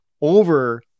over